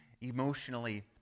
emotionally